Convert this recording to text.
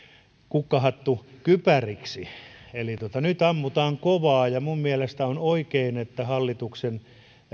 kukkahattukypäriksi eli nyt ammutaan kovaa minun mielestäni on oikein että hallituksen